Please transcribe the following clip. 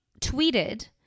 tweeted